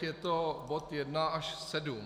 Je to bod 1 až 7.